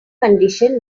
condition